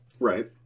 Right